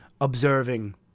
observing